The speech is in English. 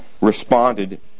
responded